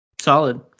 Solid